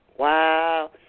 Wow